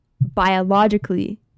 biologically